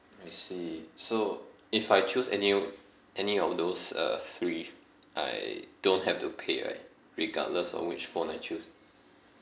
I see so if I choose any o~ any of those uh three I don't have to pay right regardless of which phone I choose